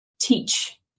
teach